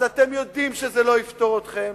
אז אתם יודעים שזה לא יפטור אתכם,